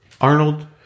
Arnold